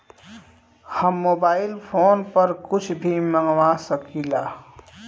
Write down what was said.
हम mobile phone पर कुछ भी मंगवा सकिला?